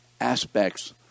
aspects